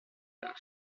tard